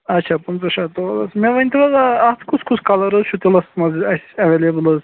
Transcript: اَچھا پٕنٛژٕہ شیٚتھ تولَس مےٚ ؤنۍتو حظ اَتھ کُس کُس کَلَر حظ چھُ تِلَس منٛز اَسہِ ایٚویلیبُل حظ